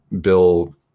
Bill